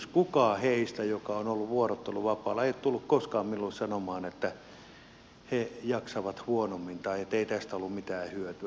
kukaan niistä jotka ovat olleet vuorotteluvapaalla ei ole koskaan tullut minulle sanomaan että he jaksavat huonommin tai että ei tästä ollut mitään hyötyä